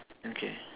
okay